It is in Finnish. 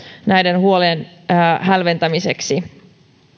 näiden huolien hälventämiseksi